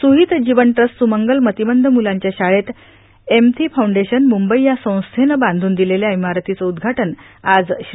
Suhit Jeevan trust Sumangal मतिमंद मुलांच्या शाळेत एम्पथी फाऊंडेशन म्रंबई या संस्थेनं बांधून दिलेल्या इमारतीचं उद्दघाटन आज श्री